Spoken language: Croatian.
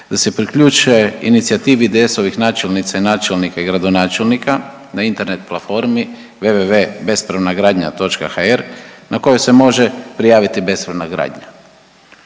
da se priključe inicijativi IDS-ovih načelnica i načelnika i gradonačelnika na Internet platformi HYPERLINK "http://www.bespravnagradnja.hr" www.bespravnagradnja.hr na kojoj se može prijaviti bespravna gradnja.